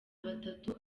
batatu